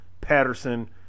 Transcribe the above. Patterson